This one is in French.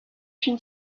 une